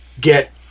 get